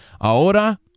Ahora